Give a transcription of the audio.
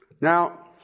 Now